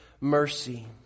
mercy